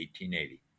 1880